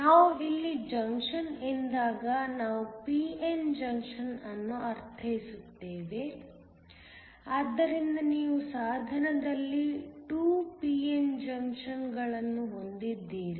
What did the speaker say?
ನಾವು ಇಲ್ಲಿ ಜಂಕ್ಷನ್ ಎಂದಾಗ ನಾವು p n ಜಂಕ್ಷನ್ ಅನ್ನು ಅರ್ಥೈಸುತ್ತೇವೆ ಆದ್ದರಿಂದ ನೀವು ಸಾಧನದಲ್ಲಿ 2 p n ಜಂಕ್ಷನ್ಗಳನ್ನು ಹೊಂದಿದ್ದೀರಿ